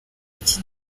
iki